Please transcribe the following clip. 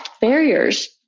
barriers